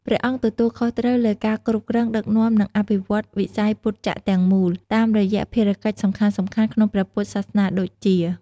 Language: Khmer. ព្រះអង្គទទួលខុសត្រូវលើការគ្រប់គ្រង ដឹកនាំ និងអភិវឌ្ឍវិស័យពុទ្ធចក្រទាំងមូល តាមរយៈភារកិច្ចសំខាន់ៗក្នុងព្រះពុទ្ធសាសនាដូចជា។